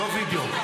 לא וידיאו.